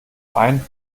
ein